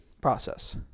process